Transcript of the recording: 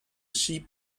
sheep